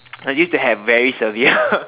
I used to have very severe